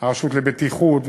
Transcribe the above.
הרשות לבטיחות,